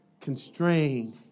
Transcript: constrained